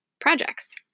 projects